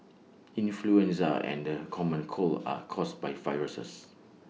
influenza and the common cold are caused by viruses